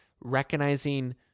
recognizing